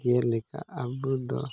ᱡᱮᱞᱮᱠᱟ ᱟᱵᱚ ᱫᱚ